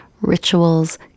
rituals